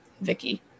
Vicky